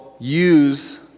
use